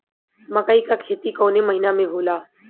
मकई क खेती कवने महीना में होला?